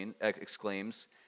exclaims